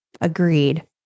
Agreed